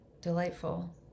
delightful